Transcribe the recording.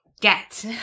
get